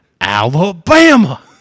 Alabama